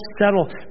settle